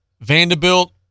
Vanderbilt